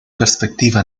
perspectiva